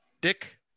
Dick